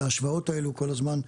וההשוואות האלו כל הזמן,